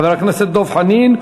חבר הכנסת דב חנין,